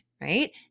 right